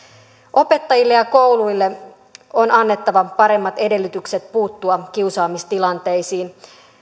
opettajille ja kouluille on annettava paremmat edellytykset puuttua kiusaamistilanteisiin